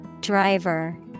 Driver